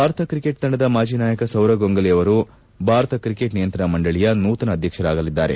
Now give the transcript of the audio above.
Bharat cricket ತಂಡದ ಮಾಜಿ ನಾಯಕ ಸೌರವ್ ಗಂಗೂಲಿ ಅವರು ಭಾರತ ಕ್ರಿಕೆಟ್ ನಿಯಂತ್ರಣ ಮಂಡಳಿಯ ನೂತನ ಅಧ್ಯಕ್ಷರಾಗಲಿದ್ದಾರೆ